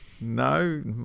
No